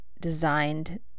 designed